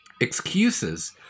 excuses